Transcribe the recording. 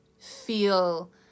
feel